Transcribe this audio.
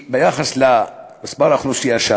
ביחס לגודל האוכלוסייה,